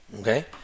okay